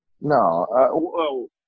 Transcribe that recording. No